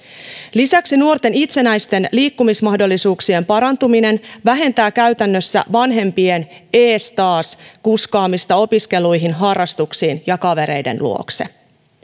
lisäksi nuorten itsenäisten liikkumismahdollisuuksien parantuminen vähentää käytännössä vanhempien eestaas kuskaamista opiskeluihin harrastuksiin ja kavereiden luokse